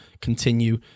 continue